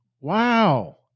Wow